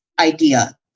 idea